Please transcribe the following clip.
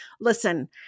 Listen